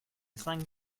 cinq